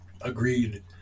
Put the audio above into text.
Agreed